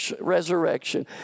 resurrection